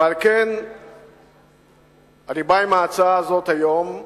ועל כן אני בא עם ההצעה הזאת היום.